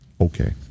Okay